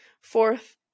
Fourth